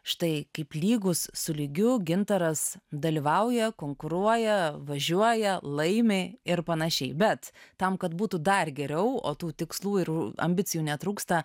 štai kaip lygus su lygiu gintaras dalyvauja konkuruoja važiuoja laimi ir panašiai bet tam kad būtų dar geriau o tų tikslų ir ambicijų netrūksta